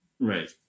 Right